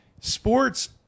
sports